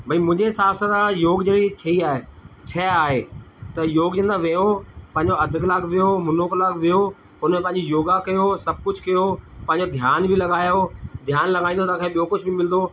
भई मुंहिंजे हिसाब सां त योग जहिड़ी छई आहे शइ आहे त योग जे अंदरि वेहो पंहिंजो अधि कलाक वेहो मुनो कलाक वेहो हुनमें पंहिंजी योगा कयो सभु कुझु कयो पंहिंजो ध्यानु बि लॻायो ध्यानु लॻाईंदव तव्हांखे ॿियो कुझु बि मिलंदो